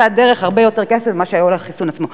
הרבה יותר כסף ממה שהיה עולה החיסון עצמו.